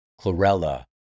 chlorella